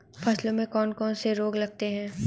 फसलों में कौन कौन से रोग लगते हैं?